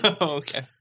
Okay